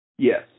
Yes